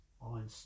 on